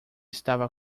estava